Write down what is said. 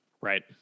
Right